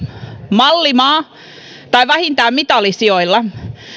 mallimaa tai vähintään mitalisijoilla